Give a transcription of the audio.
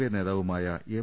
K നേതാവുമായ M